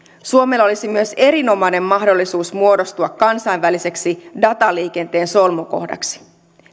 suomella olisi myös erinomainen mahdollisuus muodostua kansainväliseksi dataliikenteen solmukohdaksi